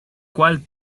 cual